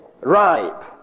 ripe